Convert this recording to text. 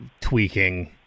tweaking